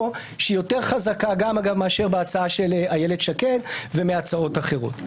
שהיא יותר חזקה גם מההצעה של אילת שקד ומהצעות אחרות.